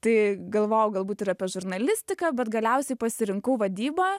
tai galvojau galbūt ir apie žurnalistiką bet galiausiai pasirinkau vadybą